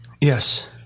Yes